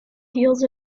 heels